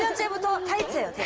say hi to